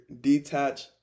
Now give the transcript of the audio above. detach